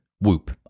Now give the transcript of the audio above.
Whoop